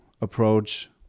approach